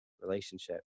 relationship